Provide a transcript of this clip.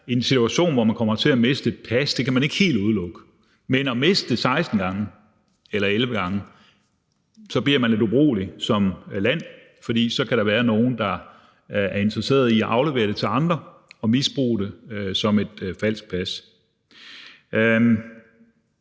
en situation, hvor man kommer til at miste et pas. Det kan man ikke helt udelukke, men når nogen mister det 16 eller 11 gange, bliver man lidt urolig som land, for så kan der være nogle, der er interesseret i at aflevere det til andre, som misbruger det som et falsk pas.